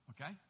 Okay